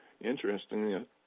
interestingly